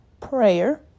prayer